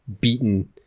beaten